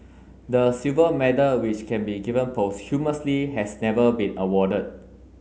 the silver medal which can be given posthumously has never been awarded